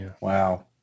Wow